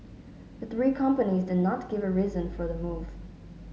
the three companies did not give a reason for the move